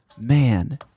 man